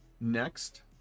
next